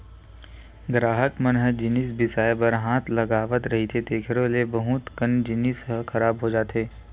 गराहक मन ह जिनिस बिसाए बर हाथ लगावत रहिथे तेखरो ले बहुत कन जिनिस ह खराब हो जाथे